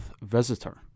visitor